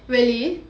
really